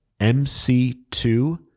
MC2